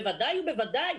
בוודאי ובוודאי,